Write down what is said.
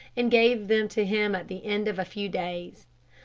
and gave them to him at the end of a few days.